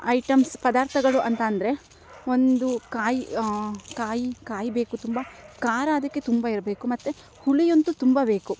items ಪದಾರ್ಥಗಳು ಅಂತ ಅಂದರೆ ಒಂದು ಕಾಯಿ ಕಾಯಿ ಕಾಯಿ ಬೇಕು ತುಂಬ ಖಾರ ಅದಕ್ಕೆ ತುಂಬ ಇರಬೇಕು ಮತ್ತು ಹುಳಿ ಅಂತು ತುಂಬ ಬೇಕು